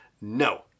No